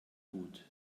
gut